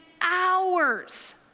hours